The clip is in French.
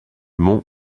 mont